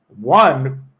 one